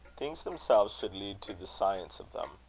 things themselves should lead to the science of them.